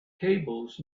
cables